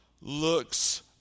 looks